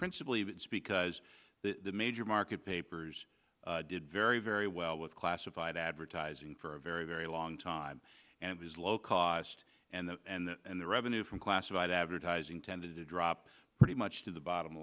principally it's because the major market papers did very very well with classified advertising for a very very long time and it was low cost and the and the revenue from classified advertising tended to drop pretty much to the bottom